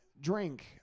drink